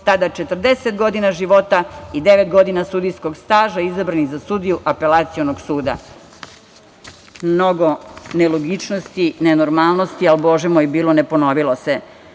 tada 40 godina života i devet godina sudijskog staža, izabrani za sudiju Apelacionog suda? Mnogo nelogičnosti, nenormalnosti, ali, bože moj, bilo – ne ponovilo